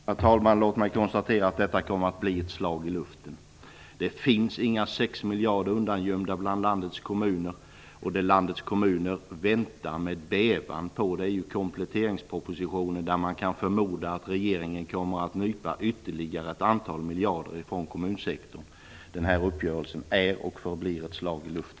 Herr talman! Låt mig konstatera att detta kommer att bli ett slag i luften. Det finns inga 6 miljarder undangömda hos landets kommuner. Landets kommuner väntar med bävan på kompletteringspropositionen där man kan förmoda att regeringen kommer att nypa ytterligare ett antal miljarder från kommunsektorn. Den här uppgörelsen är och förblir ett slag i luften.